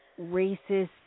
racist